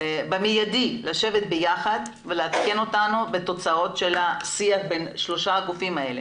במיידי לשבת ביחד ולעדכן אותנו בתוצאות השיח בין שלושת הגופים האלה.